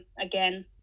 again